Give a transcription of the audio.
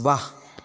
वाह